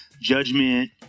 judgment